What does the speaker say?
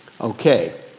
Okay